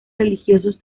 religiosos